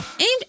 aimed